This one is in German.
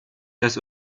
das